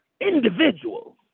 individuals